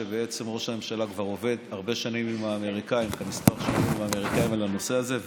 ראש הממשלה כבר עובד כמה שנים עם האמריקנים על הנושא הזה.